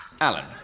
Alan